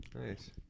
Nice